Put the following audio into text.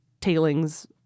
tailings